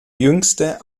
jüngste